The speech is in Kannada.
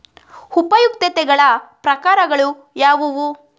ಉಪಯುಕ್ತತೆಗಳ ಪ್ರಕಾರಗಳು ಯಾವುವು?